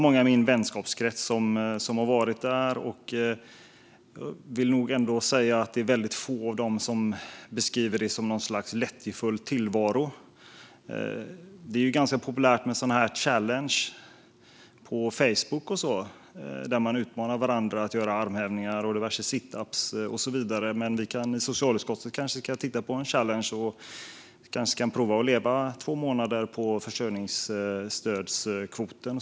Många i min vänskapskrets har varit där, och jag vill nog säga att väldigt få av dem beskriver det som någon lättjefull tillvaro. Det är ganska populärt med utmaningar på till exempel Facebook. Man utmanar varandra att göra armhävningar, situps och så vidare. Socialutskottet kanske ska titta på en utmaning där vi kan prova att leva två månader på försörjningsstödskvoten.